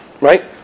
right